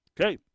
Okay